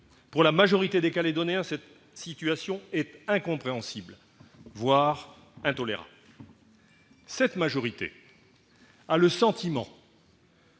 Pour la majorité des Calédoniens, cette situation est incompréhensible, voire intolérable. Cette majorité a le sentiment